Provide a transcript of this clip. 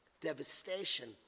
Devastation